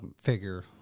figure